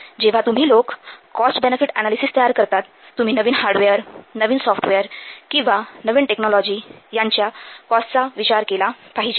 जेव्हा तुम्ही लोक कॉस्ट बेनेफिट अनालिसिस तयार करतात तुम्ही नवीन हार्डवेअर नवीन सॉफ्टवेअर किंवा नवीन टेक्नॉलॉजी यांच्या कॉस्टचा विचार करावा